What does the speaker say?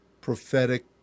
prophetic